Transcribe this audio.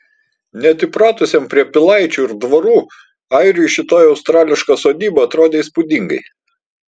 net įpratusiam prie pilaičių ir dvarų airiui šitoji australiška sodyba atrodė įspūdingai